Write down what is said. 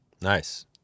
nice